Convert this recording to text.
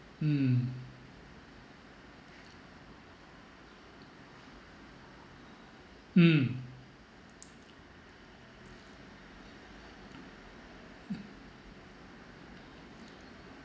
mm mm